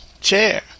chair